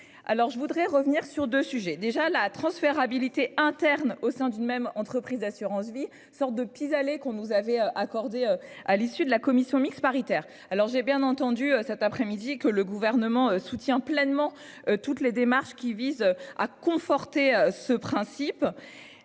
je voudrais revenir sur 2 sujets déjà la transférabilité interne au sein d'une même entreprise. Assurance vie, sorte de pis-aller, qu'on nous avait accordé à l'issue de la commission mixte paritaire. Alors j'ai bien entendu cet après-midi et que le gouvernement soutient pleinement toutes les démarches qui visent à conforter ce principe.